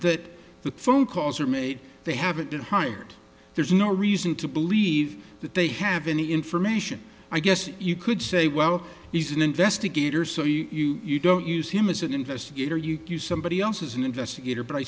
that the phone calls are made they haven't been hired there's no reason to believe that they have any information i guess you could say well he's an investigator so you don't use him as an investigator you use somebody else's an investigator but i